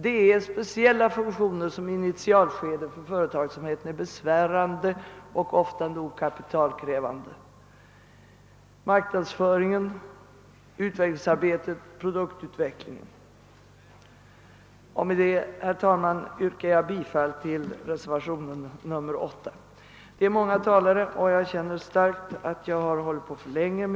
Det gäller speciella funktioner som i initialskedet är besvärande och ofta nog kapitalkrävande för företagen, nämligen marknadsföringen och produktutvecklingen. Med det anförda yrkar jag, herr talman, bifall till reservationen 8 vid statsutskottets utlåtande nr 103. Det är många talare anmälda, och jag känner starkt att jag talat för länge.